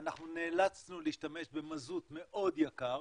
אנחנו נאלצנו להשתמש במזוט מאוד יקר,